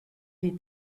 die